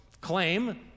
claim